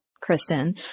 Kristen